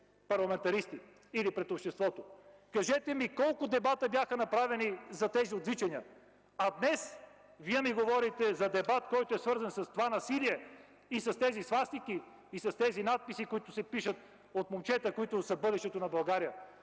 парламентаристи или пред обществото? Кажете ми колко дебата бяха направени за тези отвличания? Днес Вие ми говорите за дебат, който е свързан с това насилие, с тези свастики, с тези надписи, които се пишат от момчета, които са бъдещето на България.